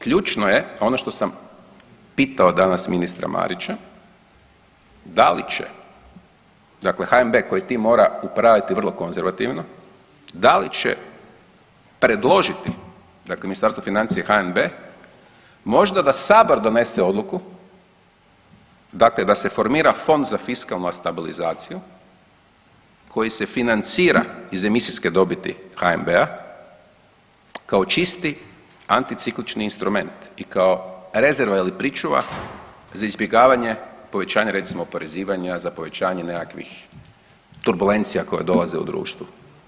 Ključno je ono što sam pitao danas ministra Marića da li će dakle HNB koji tim mora upravljati vrlo konzervativno, da li će predložiti dakle Ministarstvo financija i HNB možda da sabor donese odluku dakle da se formira fond za fiskalnu stabilizaciju koji se financira iz emisijske dobiti HNB-a kao čisti anticiklični instrument i kao rezerva ili pričuva za izbjegavanje povećanja recimo oporezivanja, za povećanje nekakvih turbulencija koje dolaze u društvu.